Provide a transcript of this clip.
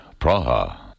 Praha